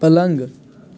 पलङ्ग